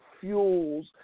fuels